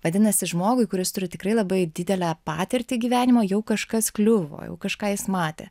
vadinasi žmogui kuris turi tikrai labai didelę patirtį gyvenimo jau kažkas kliuvo jau kažką jis matė